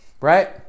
right